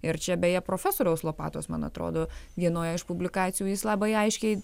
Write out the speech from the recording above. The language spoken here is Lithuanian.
ir čia beje profesoriaus lopatos man atrodo vienoje iš publikacijų jis labai aiškiai